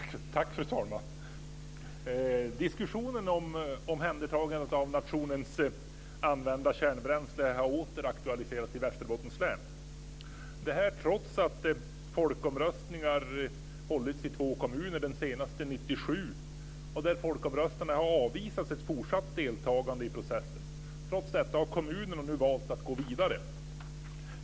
Fru talman! Diskussionen om omhändertagandet av nationens använda kärnbränsle har åter aktualiserats i Västerbottens län. Det har skett trots att folkomröstningar hållits i två kommuner, den senaste 1997. Folkomröstningarna har avvisat ett fortsatt deltagande i processen. Trots detta har kommunerna nu valt att gå vidare.